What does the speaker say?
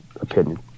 opinion